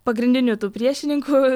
pagrindinių tų priešininkų